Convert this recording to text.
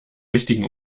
richtigen